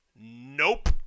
Nope